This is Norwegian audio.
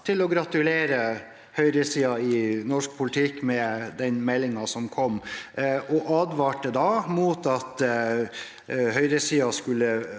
til å gratulere høyresiden i norsk politikk med meldingen som kom, og advarte mot at høyresiden skulle